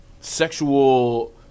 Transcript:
sexual